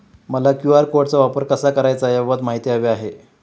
मला क्यू.आर कोडचा वापर कसा करायचा याबाबत माहिती हवी आहे